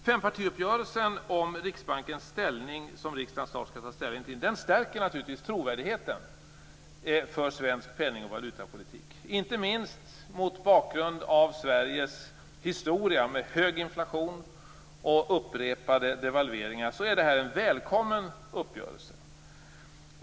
Fempartiuppgörelsen om Riksbankens ställning som riksdagen snart skall ställning till stärker naturligtvis trovärdigheten för svensk penning och valutapolitik. Inte minst mot bakgrund av Sveriges historia med hög inflation och upprepade devalveringar är detta en välkommen uppgörelse.